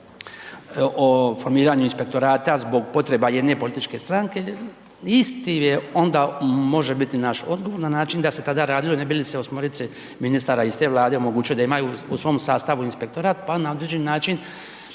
o formiranju inspektorata zbog potreba jedne političke stranke, isti je onda može biti naš odgovor na način, da se tada radilo ne bi li se osmorici ministara iz te Vlade omogućilo da imaju u svom sastavu inspektorat, pa na određeni način